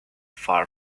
far